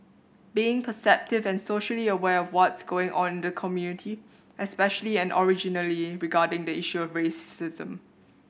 being perceptive and socially aware of what's going on in the community especially and originally regarding the issue of racism